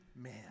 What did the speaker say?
man